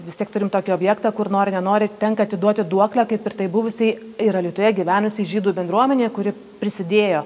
vis tiek turime tokį objektą kur nori nenori tenka atiduoti duoklę kaip ir tai buvusiai ir alytuje gyvenusiai žydų bendruomenei kuri prisidėjo